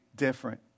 different